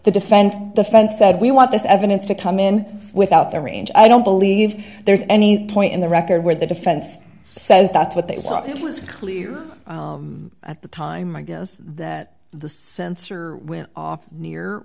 the defend the fence said we want this evidence to come in without the range i don't believe there's any point in the record where the defense says that's what they thought it was clear at the time i guess that the sensor when off near